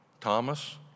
Thomas